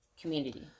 community